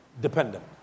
dependent